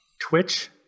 Twitch